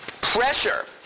pressure